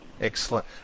Excellent